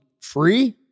free